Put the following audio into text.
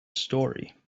story